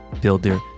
Builder